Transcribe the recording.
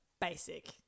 Basic